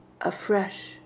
afresh